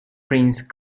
prince